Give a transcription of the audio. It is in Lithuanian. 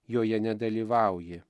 joje nedalyvauji